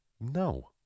No